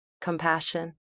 compassion